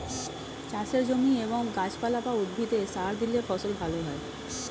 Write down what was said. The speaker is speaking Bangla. চাষের জমি এবং গাছপালা বা উদ্ভিদে সার দিলে ফসল ভালো হয়